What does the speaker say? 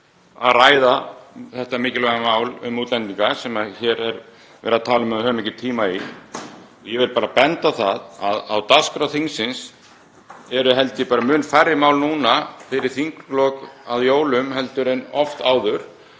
að ræða þetta mikilvæga mál um útlendinga sem hér er verið að tala um að við höfum ekki tíma í. Ég verð bara að benda á það að á dagskrá þingsins eru, held ég, mun færri mál núna fyrir þinghlé á jólum en oft áður.